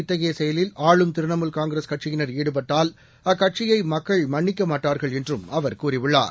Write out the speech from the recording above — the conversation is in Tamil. இத்தகைய செயலில் ஆளும் திரிணாமுல் காங்கிரஸ் கட்சியினர் ஈடுபட்டால் அக்கட்சியை மக்கள் மன்னிக்க மாட்டார்கள் என்றும் அவர் கூறியுள்ளார்